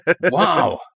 Wow